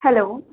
hello